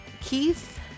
Keith